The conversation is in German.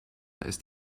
ist